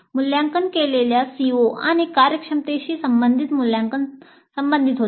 मूल्यांकन केलेल्या CO आणि कार्यक्षमतेशी संबंधित मूल्यांकन संबंधित होते